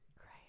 Great